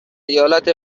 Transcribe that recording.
ایالت